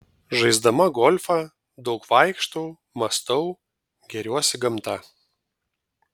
žaisdama golfą daug vaikštau mąstau gėriuosi gamta